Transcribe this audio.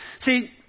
See